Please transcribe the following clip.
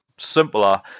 simpler